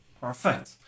Perfect